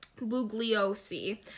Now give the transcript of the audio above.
Bugliosi